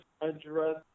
address